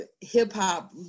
hip-hop